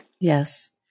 Yes